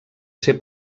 ser